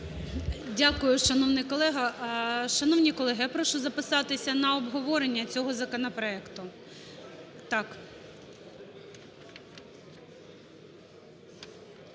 Дякую, шановний колега. Шановні колеги, я прошу записатись на обговорення цього законопроекту.